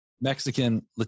Mexican